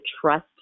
trust